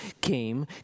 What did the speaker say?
came